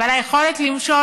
ועל היכולת למשול.